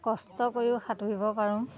কষ্ট কৰিও সাঁতুৰিব পাৰোঁ